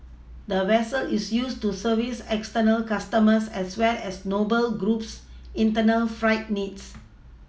the vessel is used to service external customers as well as Noble Group's internal freight needs